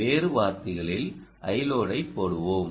வேறு வார்த்தைகளில் Iload ஐ போடுவோம்